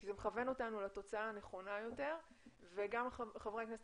כי זה מכוון אותנו לתוצאה הנכונה יותר וגם חברי הכנסת